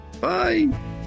bye